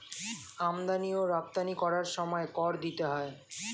আমদানি ও রপ্তানি করার সময় কর দিতে হয়